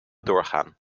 doorgaan